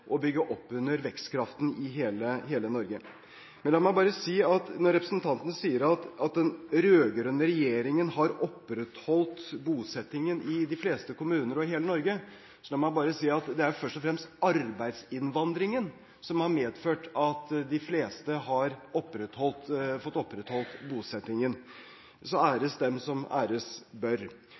og bygge opp under vekstkraften i hele Norge. Representanten sier at den rød-grønne regjeringen har opprettholdt bosettingen i de fleste kommuner over hele Norge. La meg da bare si at det er først og fremst arbeidsinnvandringen som har medført at de fleste har fått opprettholdt bosettingen, så æres den som æres bør.